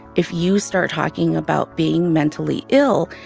if you start talking about being mentally ill,